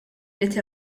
ried